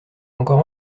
encore